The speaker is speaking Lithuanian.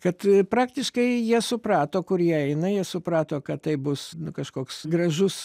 kad praktiškai jie suprato kur jie eina jie suprato kad tai bus kažkoks gražus